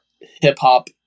hip-hop